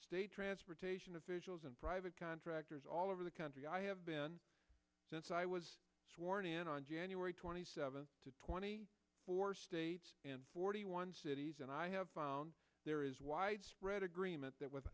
state transportation officials and private contractors all over the country i have been since i was sworn in on january twenty seventh to twenty four states in forty one cities and i have found there is widespread agreement that with